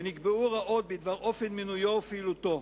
ונקבעו הוראות בדבר אופן מינויו ופעילותו.